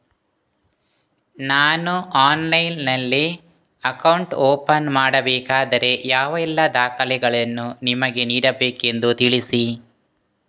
ನಾನು ಆನ್ಲೈನ್ನಲ್ಲಿ account open ಮಾಡಬೇಕಾದರೆ ಯಾವ ಎಲ್ಲ ದಾಖಲೆಗಳನ್ನು ನಿಮಗೆ ನೀಡಬೇಕೆಂದು ತಿಳಿಸಿ?